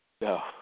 No